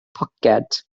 poced